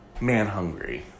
man-hungry